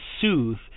Soothe